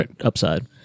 upside